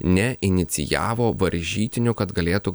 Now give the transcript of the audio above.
neinicijavo varžytinių kad galėtų